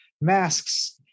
masks